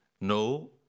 No